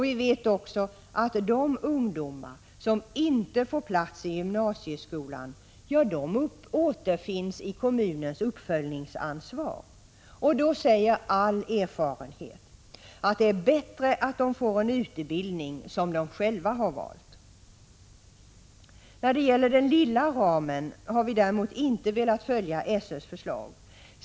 Vi vet också att de ungdomar som inte får någon plats i gymnasieskolan återfinns i kommunens uppföljningsansvar. Då säger all erfarenhet att det är bättre att de får en utbildning som de valt själva. När det gäller den lilla ramen vill jag säga att vi däremot inte har velat följa SÖ:s förslag.